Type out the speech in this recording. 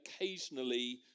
occasionally